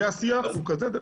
זה השיח, הוא כזה.